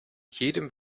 jedem